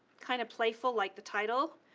kind of playful, like the title,